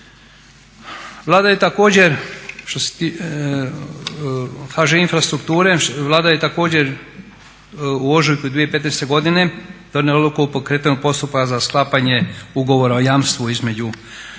restrukturiranja. Što se tiče HŽ Infrastrukture Vlada je također u ožujku 2015. godine donijela odluku o pokretanju postupka za sklapanje ugovora o jamstvu između